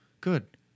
good